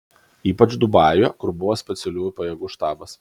ypač dubajuje kur buvo specialiųjų pajėgų štabas